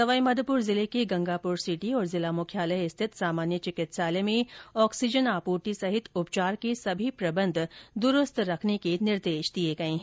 सवाईमाधोपुर जिले के गंगापुर सिटी और जिला मुख्यालय स्थित सामान्य चिकित्सालय में ऑक्सीजन आपूर्ति सहित उपचार के सभी प्रबंध दुरुस्त रखने के निर्देश दिए गए हैं